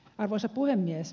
arvoisa puhemies